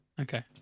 Okay